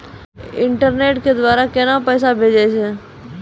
Internet के द्वारा केना पैसा भेजय छै?